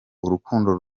urukundo